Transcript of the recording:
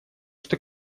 что